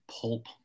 pulp